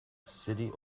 city